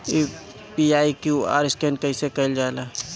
UPI QR scan कइसे कईल जा ला?